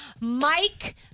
Mike